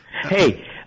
Hey